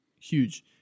huge